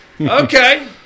Okay